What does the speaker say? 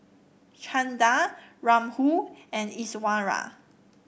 Chanda Rahul and Iswaran